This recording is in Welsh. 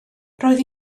roedd